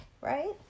right